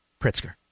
Pritzker